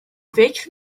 فکر